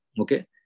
okay